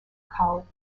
colleague